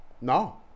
No